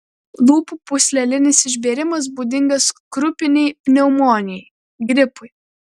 lūpų pūslelinis išbėrimas būdingas krupinei pneumonijai gripui